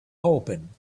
open